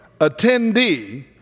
attendee